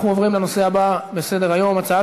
אנחנו עוברים לנושא הבא בסדר-היום: הצעת